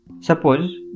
suppose